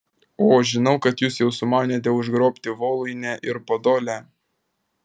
o žinau kad jūs jau sumanėte užgrobti voluinę ir podolę